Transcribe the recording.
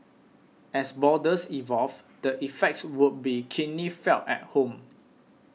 as borders evolve the effects would be keenly felt at home